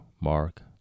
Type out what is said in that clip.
Mark